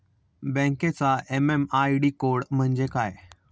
बँकेचा MM ID code म्हणजे काय?